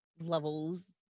levels